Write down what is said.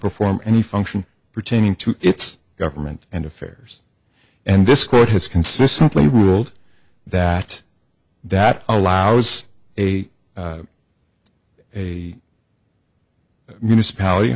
perform any function pertaining to its government and affairs and this court has consistently ruled that that allows a a municipality